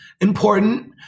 important